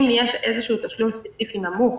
אם יש איזשהו תשלום ספציפי נמוך